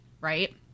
Right